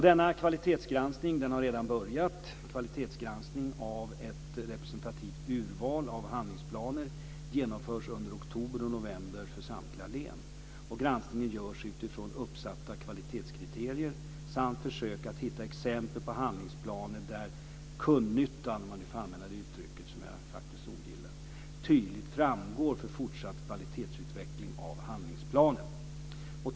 Denna kvalitetsgranskning har redan börjat. En kvalitetsgranskning av ett representativt urval av handlingsplaner genomförs under oktober och november för samtliga län. Granskningen görs utifrån uppsatta kvalitetskriterier samt försök att hitta exempel på handlingsplaner där "kundnyttan", om jag får använda ett uttryck som jag faktiskt ogillar, tydligt framgår för fortsatt kvalitetsutveckling av handlingsplanen.